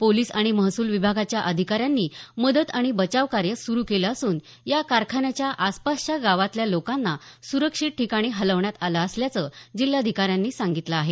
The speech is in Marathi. पोलिस आणि महसूल विभागाच्या अधिकाऱ्यांनी मदत आणि बचावकार्य सुरू केलं असून या कारखान्याच्या आसपासच्या गावांतल्या लोकांना सुरक्षित ठिकाणी हलवण्यात आलं असल्याचं जिल्हाधिकाऱ्यांनी सांगितलं आहे